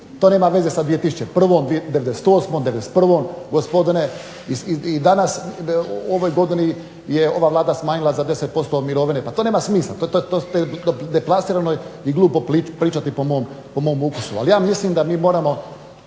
to nema veze sa 2001., '98., '91. i danas u ovoj godini je ova Vlada smanjila za 10% mirovine. Pa to nema smisla, to je deplasirano i glupo pričati po mom ukusu. Ali, ja mislim da mi moramo